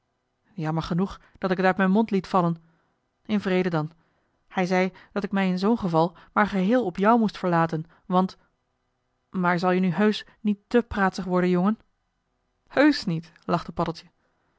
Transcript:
jammer genoeg dat ik t uit m'n mond liet vallen in vrede dan hij zei dat ik mij in zoo'n geval maar geheel op jou moest verlaten want maar zal je nu heusch niet te praatsig worden jongen heusch niet lachte paddeltje